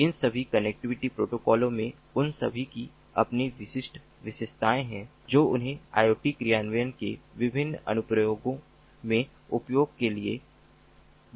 इन विभिन्न कनेक्टिविटी प्रोटोकॉलों में उन सभी की अपनी विशिष्ट विशेषताएं हैं जो उन्हें IoT कार्यान्वयन के विभिन्न अनुप्रयोगों में उपयोग के लिए बहुत आकर्षक बनाती हैं